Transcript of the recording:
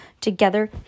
Together